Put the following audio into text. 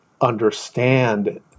understand